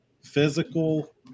physical